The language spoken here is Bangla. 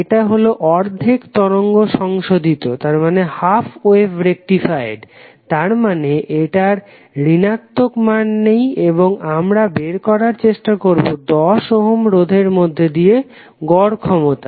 এটা হলো অর্ধেক তরঙ্গ সংশোধিত তার মানে এটার ঋণাত্মক মান নেই এবং আমরা বের করার চেষ্টা 10 ওহম রোধের মধ্যে দিয়ে গড় ক্ষমতা